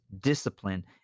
discipline